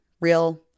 real